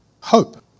Hope